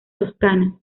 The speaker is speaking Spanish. toscana